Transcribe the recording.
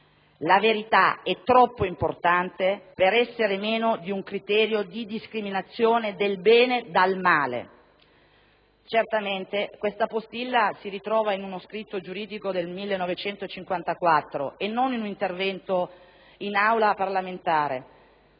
«la verità è troppo importante per essere meno di un criterio di discriminazione del bene dal male». Certamente questa postilla si ritrova in uno scritto giuridico del 1954 e non in un intervento in un'Aula parlamentare,